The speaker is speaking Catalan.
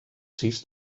sis